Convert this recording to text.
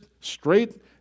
straight